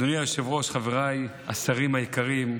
אדוני היושב-ראש, חבריי השרים היקרים,